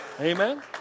Amen